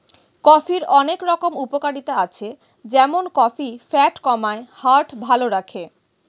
কফির অনেক রকম উপকারিতা আছে যেমন কফি ফ্যাট কমায়, হার্ট ভালো রাখে